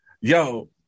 Yo